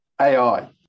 AI